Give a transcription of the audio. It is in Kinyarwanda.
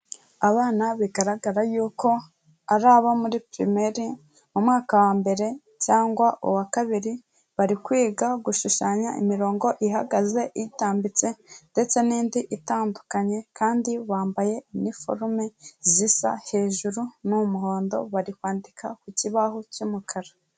Abana bigaragara yuko ari abo muri pirimeri mu mwaka wa mbere cyangwa uwa kabiri, bari kwiga gushushanya imirongo ihagaze, itambitse ndetse n'indi itandukanye, kandi bambaye iniforume zisa, hejuru ni umuhondo, bari kwandika ku kibaho cy'umukara.